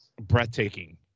breathtaking